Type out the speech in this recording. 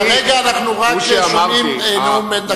כרגע אנחנו רק שומעים נאום בן דקה.